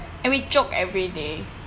and we joke every day